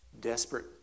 Desperate